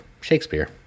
Shakespeare